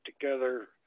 together